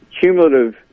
cumulative